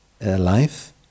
life